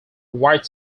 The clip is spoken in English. white